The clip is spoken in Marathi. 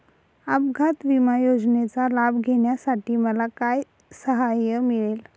अपघात विमा योजनेचा लाभ घेण्यासाठी मला काय सहाय्य मिळेल?